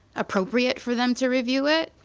appropriate for them to review it,